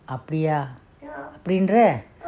அப்டியா அப்படிங்கற:apdiyaa apdingara